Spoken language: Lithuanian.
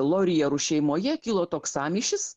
lorijerų šeimoje kilo toks sąmyšis